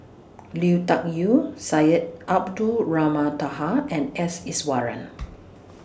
Lui Tuck Yew Syed Abdulrahman Taha and S Iswaran